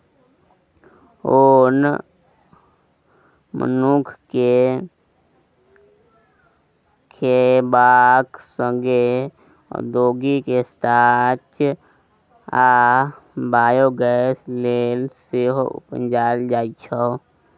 ओन मनुख केँ खेबाक संगे औद्योगिक स्टार्च आ बायोगैस लेल सेहो उपजाएल जाइ छै